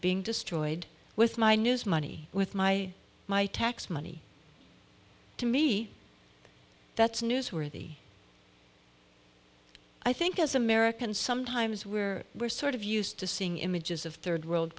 being destroyed with my news money with my my tax money to me that's newsworthy i think as americans sometimes where we're sort of used to seeing images of third world